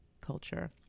culture